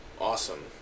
Awesome